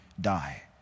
die